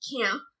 camp